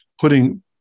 putting